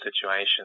situation